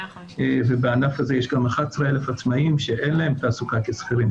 ובענף הזה יש גם 11,000 עצמאים שאין להם תעסוקה כשכירים.